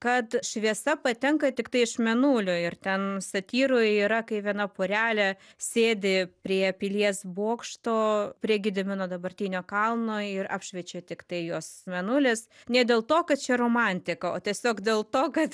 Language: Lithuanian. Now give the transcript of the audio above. kad šviesa patenka tiktai iš mėnulio ir ten satyroj yra kai viena porelė sėdi prie pilies bokšto prie gedimino dabartinio kalno ir apšviečia tiktai juos mėnulis ne dėl to kad čia romantika o tiesiog dėl to kad